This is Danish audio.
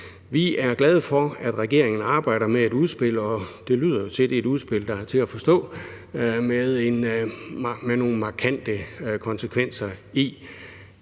Vi er glade for, at regeringen arbejder med et udspil, og det lyder jo